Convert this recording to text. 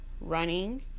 running